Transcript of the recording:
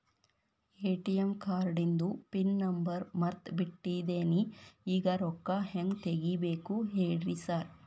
ATM ಕಾರ್ಡಿಂದು pin number ಮರ್ತ್ ಬಿಟ್ಟಿದೇನಿ ಈಗ ರೊಕ್ಕಾ ಹೆಂಗ್ ತೆಗೆಬೇಕು ಹೇಳ್ರಿ ಸಾರ್